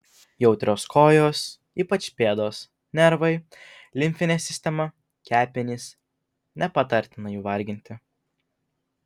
jautrios kojos ypač pėdos nervai limfinė sistema kepenys nepatartina jų varginti